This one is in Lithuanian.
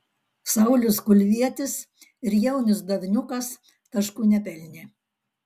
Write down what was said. saulius kulvietis ir jaunius davniukas taškų nepelnė